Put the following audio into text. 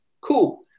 Cool